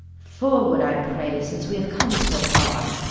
forward, i pray, since we have come so far,